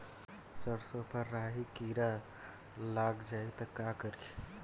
सरसो पर राही किरा लाग जाई त का करी?